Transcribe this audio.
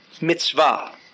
mitzvah